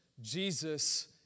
Jesus